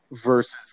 versus